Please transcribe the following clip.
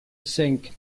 cinq